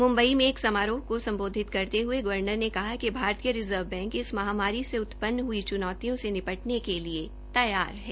मुम्बई में एक समारोह को सम्बोधित करते हये गवर्नर ने कहा कि भारतीय रिज़र्व बैंक इस महामारी से उत्पन हुई चुनौतियों से निपटने के लिए तैयार है